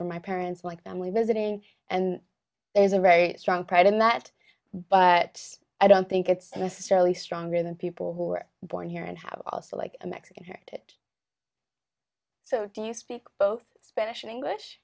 from my parents like them we visiting and there's a very strong pride in that but i don't think it's necessarily stronger than people who are born here and have also like a mexican here it so do you speak both spanish and english